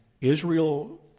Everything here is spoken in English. Israel